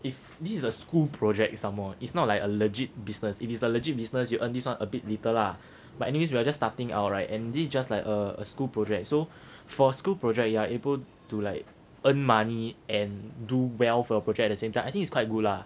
if this is a school project some more it's not like a legit business if it's the legit business you earn this one a bit little lah but anyway we are just starting out right and this just like a a school project so for school project you are able to like earn money and do well for project at the same type I think it's quite good lah